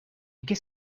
qu’est